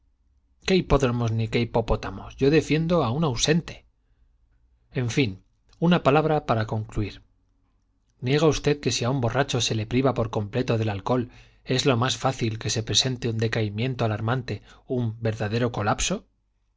qué hipopótamos yo defiendo a un ausente en fin una palabra para concluir niega usted que si a un borracho se le priva por completo del alcohol es lo más fácil que se presente un decaimiento alarmante un verdadero colapso